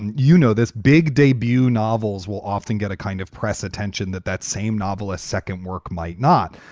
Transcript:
you know, this big debut novels will often get a kind of press attention that that same novelist second work might not.